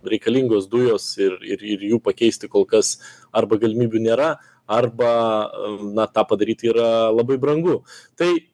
reikalingos dujos ir ir ir jų pakeisti kol kas arba galimybių nėra arba na tą padaryti yra labai brangu tai